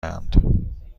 اند